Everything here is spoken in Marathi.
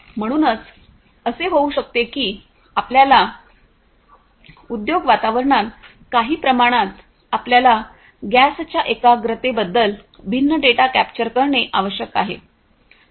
म्हणूनच असे होऊ शकते की आपल्याला उद्योग वातावरणात काही प्रमाणात आपल्याला गॅसच्या एकाग्रतेबद्दल भिन्न डेटा कॅप्चर करणे आवश्यक आहे